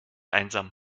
einsam